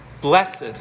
Blessed